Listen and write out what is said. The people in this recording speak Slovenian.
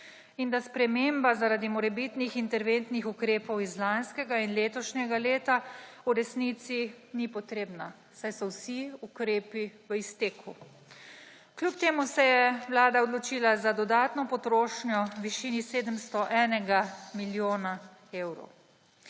in da sprememba zaradi morebitnih interventnih ukrepov iz lanskega in letošnjega leta v resnici ni potrebna, saj so vsi ukrepi v izteku. Kljub temu se je Vlada odločila za dodatno potrošnjo v višini 701 milijona evrov.